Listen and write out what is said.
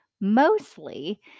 mostly